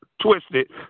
twisted